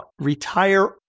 retire